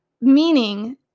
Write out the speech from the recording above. Meaning